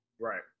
right